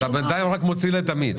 אתה בינתיים רק מוציא לה את המיץ...